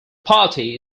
party